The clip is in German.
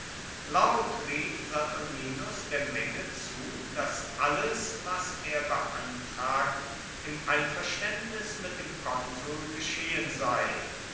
laut rief saturninus der menge zu daß alles was er beantragt im einverständnis mit dem konsul geschehen sei